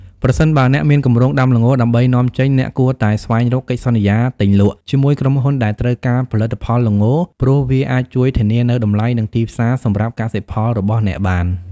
ប្រសិនបើអ្នកមានគម្រោងដាំល្ងដើម្បីនាំចេញ អ្នកគួរតែស្វែងរកកិច្ចសន្យាទិញលក់ ជាមួយក្រុមហ៊ុនដែលត្រូវការផលិតផលល្ង ព្រោះវាអាចជួយធានានូវតម្លៃ និងទីផ្សារសម្រាប់កសិផលរបស់អ្នកបាន។